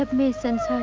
me since